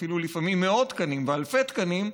אפילו לפעמים מאות תקנים ואלפי תקנים,